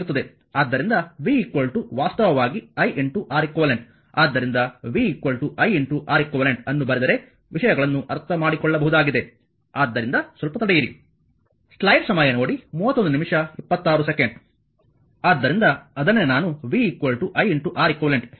ಆದ್ದರಿಂದ v ವಾಸ್ತವವಾಗಿ i Req ಆದ್ದರಿಂದ v i R eq ಅನ್ನು ಬರೆದರೆ ವಿಷಯಗಳನ್ನು ಅರ್ಥಮಾಡಿಕೊಳ್ಳಬಹುದಾಗಿದೆ ಆದ್ದರಿಂದ ಸ್ವಲ್ಪ ತಡೆಯಿರಿ ಆದ್ದರಿಂದ ಅದನ್ನೇ ನಾನು v i Reqಗೆ ಹೇಳಿದೆ